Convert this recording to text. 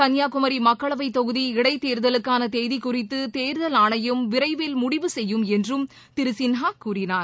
கள்ளியாகுமரி மக்களவை தொகுதி இடைத்தேர்தலுக்காள தேதி குறித்து தேர்தல் ஆணையம் விரைவில் முடிவு செய்யும் என்றும் திரு சின்ஹா கூறினார்